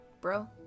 bro